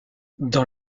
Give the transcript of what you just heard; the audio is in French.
dans